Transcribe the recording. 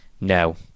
No